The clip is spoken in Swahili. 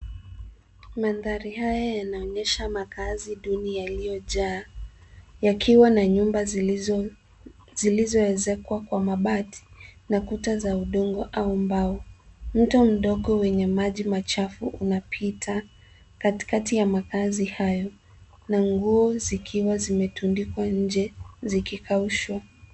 Mandhari haya yanaonyesha makazi duni yaliyojaa yakiwa na nyumba zilizoezekwa kwa mapati na kuta za udongo au mbao. Mti mdogo wenye Mani machafu inapita katikati ya makazi hayo na nguo zikiwa zimetundikwa nje zikikaushwa.